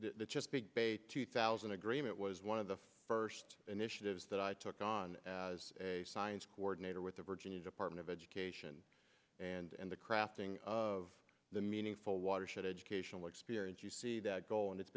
the chesapeake bay two thousand agreement was one of the first initiatives that i took on as a science coordinator with the virginia department of education and the crafting of the meaningful watershed educational experience you see that goal and it's